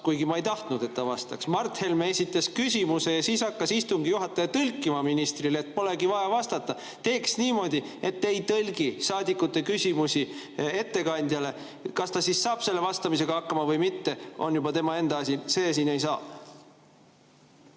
kuigi ma ei tahtnud, et ta vastaks. Mart Helme esitas küsimuse ja siis hakkas istungi juhataja tõlkima ministrile, et polegi vaja vastata. Teeks niimoodi, et te ei tõlgi saadikute küsimusi ettekandjale. Kas ta siis saab selle vastamisega hakkama või mitte, see on tema enda asi. See siin ei saa.